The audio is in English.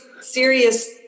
serious